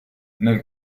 nel